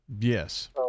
Yes